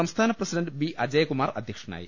സംസ്ഥാന president B Ajayakumar അധ്യക്ഷ നായി